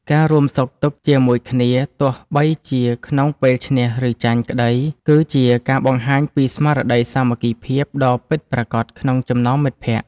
ការរួមសុខរួមទុក្ខជាមួយគ្នាទោះបីជាក្នុងពេលឈ្នះ ឬចាញ់ក្តី គឺជាការបង្ហាញពីស្មារតីសាមគ្គីភាពដ៏ពិតប្រាកដក្នុងចំណោមមិត្តភក្តិ។